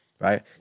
right